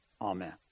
Amen